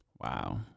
Wow